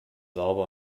sauber